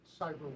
cyber